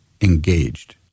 engaged